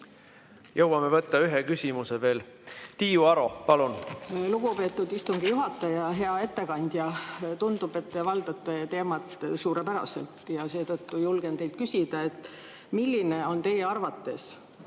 Jõuame võtta ühe küsimuse veel. Tiiu Aro, palun! Lugupeetud istungi juhataja! Hea ettekandja! Tundub, et te valdate teemat suurepäraselt ja seetõttu julgen teilt küsida. Milline on teie arvates